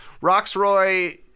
Roxroy